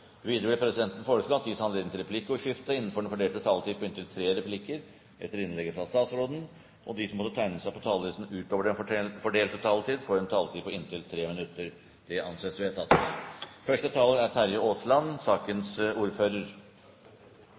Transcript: Videre vil presidenten foreslå at det innenfor den fordelte taletid gis anledning til replikkordskifte på inntil tre replikker med svar etter innlegget fra statsråden. Videre blir det foreslått at de som måtte tegne seg på talerlisten utover den fordelte taletid, får en taletid på inntil 3 minutter. – Det anses vedtatt. Vi raud-grøne synest det er